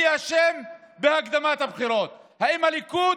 מי אשם בהקדמת הבחירות, האם הליכוד